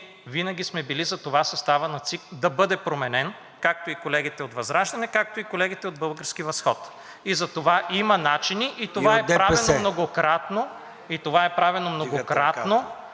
винаги сме били за това съставът на ЦИК да бъде променен, както и колегите от ВЪЗРАЖДАНЕ, както и колегите от „Български възход“. За това има начини и това е правено многократно…